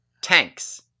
Tanks